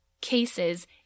cases